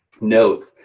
notes